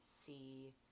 see